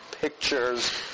pictures